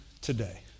today